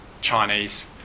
Chinese